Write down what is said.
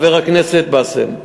חבר הכנסת באסל.